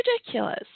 ridiculous